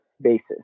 basis